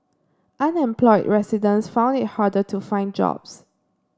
unemployed residents found it harder to find jobs